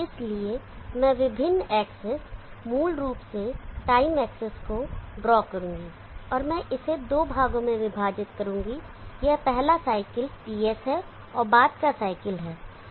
इसलिए मैं विभिन्न एक्सेस मूल रूप से टाइम एक्सेस को ड्रॉ करूंगा और मैं इसे दो भागों में विभाजित करूंगा यह पहला साइकिल TS है और बाद का साइकिल है